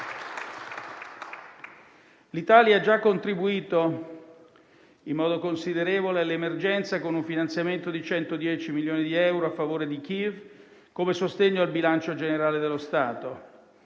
L'Italia ha già contribuito in modo considerevole all'emergenza con un finanziamento di 110 milioni di euro a favore di Kiev come sostegno al bilancio generale dello Stato.